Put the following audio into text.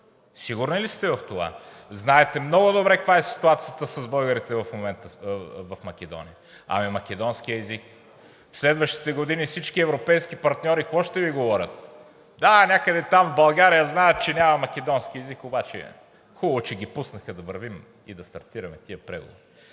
Сигурни ли сте в това? Знаете много добре каква е ситуацията с българите в момента в Македония. А македонският език? В следващите години всички европейски партньори какво ще Ви говорят? Да, някъде там в България знаят, че няма македонски език, обаче хубаво, че ги пуснаха да вървим и да стартираме тези преговори.